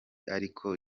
ariko